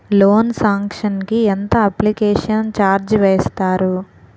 Loan sanction కి ఎంత application charge వేస్తారు?